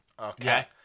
Okay